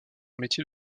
métier